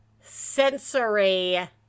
sensory